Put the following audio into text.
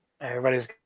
Everybody's